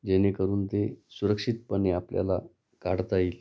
जेणेकरून ते सुरक्षितपणे आपल्याला काढता येईल